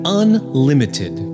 unlimited